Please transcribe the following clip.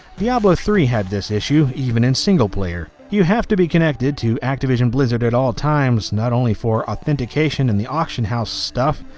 diablo three had this issue even in single player. you have to be connected to activision blizzard at all times not only for authentication and the auction house stuff.